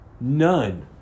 none